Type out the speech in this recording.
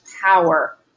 power